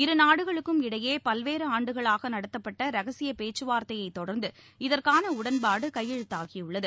இருநாடுகளுக்கும் இடையே பல்வேறு ஆண்டுகளாக நடத்தப்பட்ட ரகசிய பேச்சுவார்த்தையை தொடர்ந்து இதற்கான உடன்பாடு கையெழுத்தாகியுள்ளது